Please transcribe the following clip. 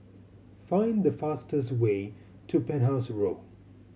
find the fastest way to Penhas Road